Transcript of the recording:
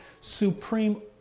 supreme